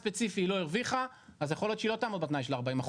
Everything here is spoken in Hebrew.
ספציפי היא לא הרוויחה אז יכול להיות שהיא לא תעמוד בתנאי של 40%,